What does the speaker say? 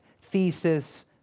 thesis